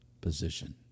position